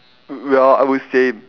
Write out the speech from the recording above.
well I would say